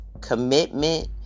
commitment